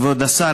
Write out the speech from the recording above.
כבוד השר,